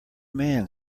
man